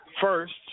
first